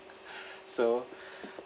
so